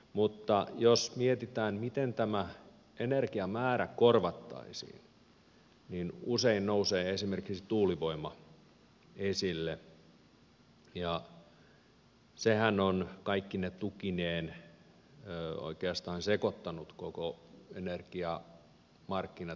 mutta jos mietitään miten tämä energiamäärä korvattaisiin niin usein nousee esimerkiksi tuulivoima esille ja sehän on kaikkine tukineen oikeastaan sekoittanut koko energiamarkkinat ja politiikan